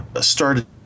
started